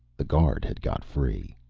the guard had got free.